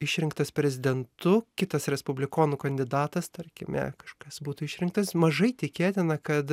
išrinktas prezidentu kitas respublikonų kandidatas tarkime kažkas būtų išrinktas mažai tikėtina kad